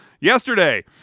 yesterday